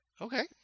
Okay